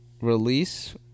release